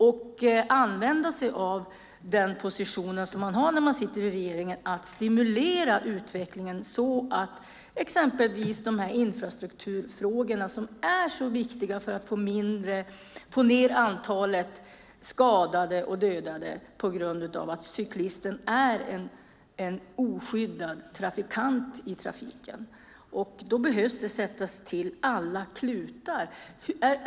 Man måste använda sig av den position som man har när man sitter i regeringen för att stimulera utvecklingen när det gäller exempelvis dessa infrastrukturfrågor som är så viktiga för att minska antalet skadade och dödade på grund av att cyklisten är en oskyddad trafikant. Då behöver alla klutar sättas till.